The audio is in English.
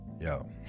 yo